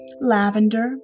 lavender